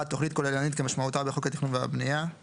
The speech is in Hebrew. (1) תוכנית כוללנית כמשמעותה בחוק התכנון והבנייה; (2)